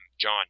John